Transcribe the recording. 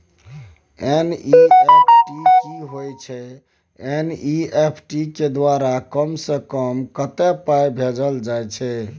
NEFT की होय छै एन.ई.एफ.टी के द्वारा कम से कम कत्ते पाई भेजल जाय छै?